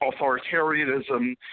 authoritarianism